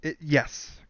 yes